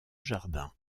jardin